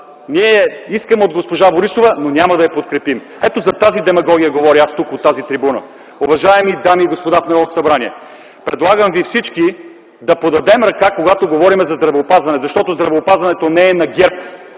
ние искаме от госпожа Борисова, но няма да я подкрепим! Ето за тази демагогия говоря тук, от тази трибуна. Уважаеми дами и господа в Народното събрание, предлагам Ви всички да подадем ръка, когато говорим за здравеопазване, защото здравеопазването не е на ГЕРБ,